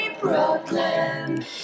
Brooklyn